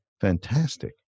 Fantastic